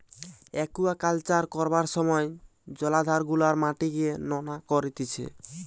aquaculture করবার সময় জলাধার গুলার মাটিকে নোনা করতিছে